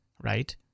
Right